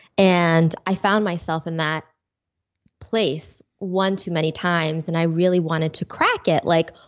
and i found myself in that place one too many times and i really wanted to crack it, like,